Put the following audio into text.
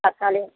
தக்காளி